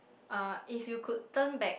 uh if you could turn back